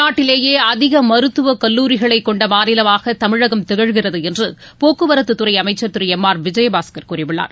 நாட்டிலேயே அதிக மருத்துவக் கல்லூரிகளைக் கொண்ட மாநிலமாக தமிழகம் திகழ்கிறது என்று போக்குவரத்துத்துறை அமைச்சர் திரு எம் ஆர் விஜயபாஸ்கர் கூறியுள்ளார்